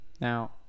Now